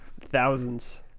thousands